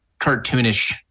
cartoonish